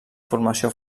formació